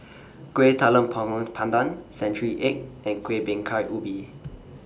Kuih Talam Tepong Pandan Century Egg and Kueh Bingka Ubi